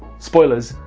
spoilers,